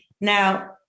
Now